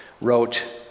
wrote